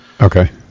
Okay